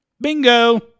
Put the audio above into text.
Bingo